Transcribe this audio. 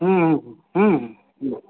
ᱦᱮᱸᱦᱮ ᱸ ᱦᱮᱸ ᱦᱮᱸ ᱦᱮᱸ